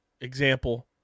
example